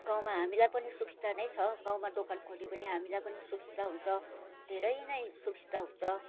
गाउँमा हामीलाई पनि सुविस्ता नै छ गाउँमा दोकान खोल्यो भने हामीलाई पनि सुविस्ता हुन्छ धेरै नै सुविस्ता हुन्छ